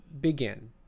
begin